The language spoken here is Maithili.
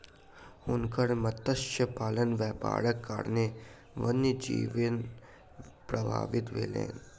हुनकर मत्स्य पालनक व्यापारक कारणेँ वन्य जीवन प्रभावित भेलैन